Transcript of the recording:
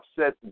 upset